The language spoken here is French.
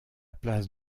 place